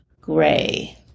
Gray